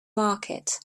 market